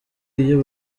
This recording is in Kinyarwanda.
iyo